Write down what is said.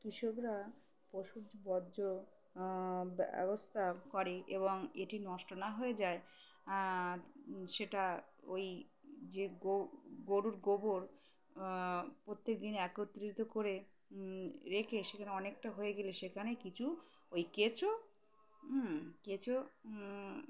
কৃষকরা পশুর বর্জ্য ব্যবস্থা করে এবং এটি নষ্ট না হয়ে যায় সেটা ওই যে গো গরুর গোবর প্রত্যেকদিন একত্রিত করে রেখে সেখানে অনেকটা হয়ে গেলে সেখানে কিছু ওই কেচো কেচো